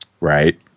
right